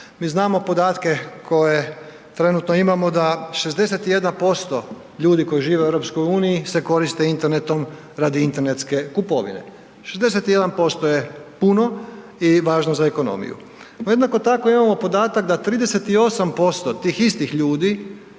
Mi znamo podatke koje trenutno imamo da 61% ljudi koji žive u EU se koriste internetom radi internetske kupovine. 61% je puno i važno za ekonomiju. No jednako tako imamo podatak da 38% tih istih ljudi